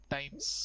times